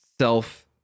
self